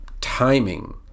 timing